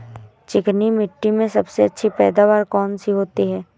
चिकनी मिट्टी में सबसे अच्छी पैदावार कौन सी होती हैं?